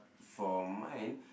for mine